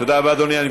תודה.